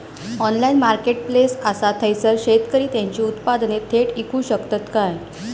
Online marketplace असा थयसर शेतकरी त्यांची उत्पादने थेट इकू शकतत काय?